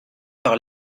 par